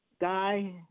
guy